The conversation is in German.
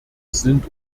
sind